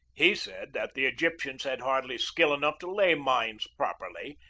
he said that the egyptians had hardly skill enough to lay mines properly,